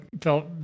felt